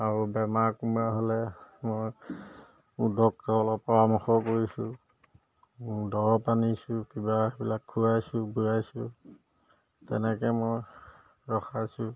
আৰু বেমাৰ কুমাৰ হ'লে মই ডক্তৰ অলপ পৰামৰ্শ কৰিছোঁ দৰৱ আনিছোঁ কিবা এইবিলাক খুৱাইছোঁ বোৱাইছোঁ তেনেকৈ মই ৰখাইছোঁ